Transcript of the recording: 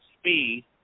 speed